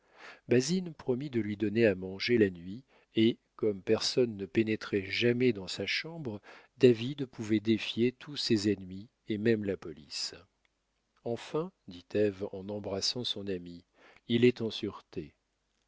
promit de lui donner à manger la nuit et comme personne ne pénétrait jamais dans sa chambre david pouvait défier tous ses ennemis et même la police enfin dit ève en embrassant son amie il est en sûreté